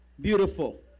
Beautiful